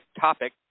topic